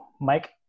Mike